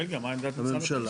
רגע, מה עמדת משרד הפנים?